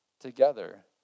together